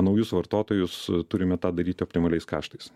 naujus vartotojus turime tą daryti optimaliais kaštais